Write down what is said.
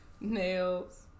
nails